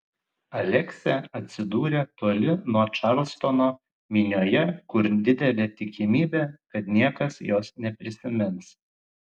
aleksė atsidūrė toli nuo čarlstono minioje kur didelė tikimybė kad niekas jos neprisimins